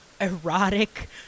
erotic